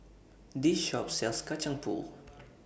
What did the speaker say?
This Shop sells Kacang Pool